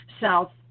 South